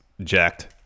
jacked